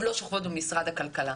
לא שוכבות במשרד הכלכלה.